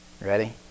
ready